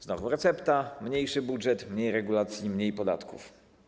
Znowu, recepta: mniejszy budżet, mniej regulacji, mniej podatków.